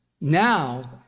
Now